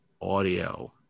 audio